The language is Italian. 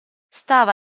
stava